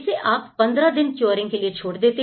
इसे आप 15 दिन क्यूरिंग के लिए छोड़ देते हैं